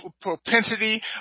propensity